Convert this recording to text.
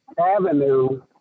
avenue